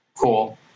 Cool